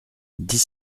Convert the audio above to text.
dix